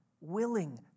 willing